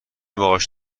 باهاش